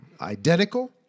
identical